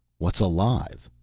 what's alive?